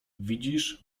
widzisz